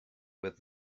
with